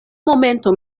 momento